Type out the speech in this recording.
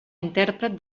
intèrpret